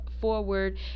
Forward